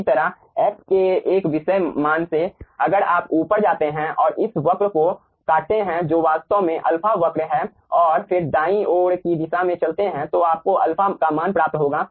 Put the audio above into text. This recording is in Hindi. इसी तरह x के एक विशेष मान से अगर आप ऊपर जाते हैं और इस वक्र को काटते हैं जो वास्तव में अल्फा वक्र है और फिर दाईं ओर की दिशा में चलते हैं तो आपको α का मान प्राप्त होगा